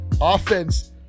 offense